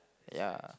ya